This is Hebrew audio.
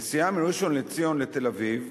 נסיעה מראשון-לציון לתל-אביב